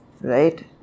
right